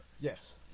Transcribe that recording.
Yes